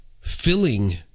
filling